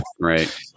right